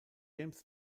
james